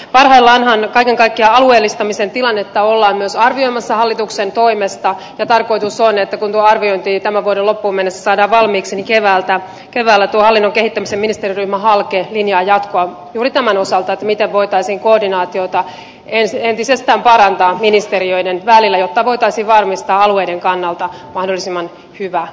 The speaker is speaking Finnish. parhaillaanhan kaiken kaikkiaan alueellistamisen tilannetta ollaan myös arvioimassa hallituksen toimesta ja tarkoitus on että kun tuo arviointi tämän vuoden loppuun mennessä saadaan valmiiksi niin keväällä tuo hallinnon kehittämisen ministeriryhmä halke linjaa jatkoa juuri tämän osalta miten voitaisiin koordinaatiota entisestään parantaa ministeriöiden välillä jotta voitaisiin varmistaa alueiden kannalta mahdollisimman hyvä